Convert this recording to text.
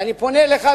אני פונה אליך,